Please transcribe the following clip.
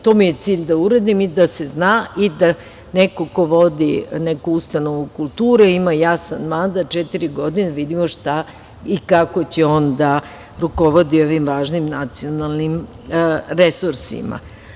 To mi je cilj da uradim i da se zna da neko ko vodi neku ustanovu kulture ima jasan mandat četiri godine, da vidimo šta i kako će on da rukovodi ovim važnim nacionalnim resursima.